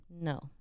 No